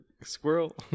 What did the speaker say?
squirrel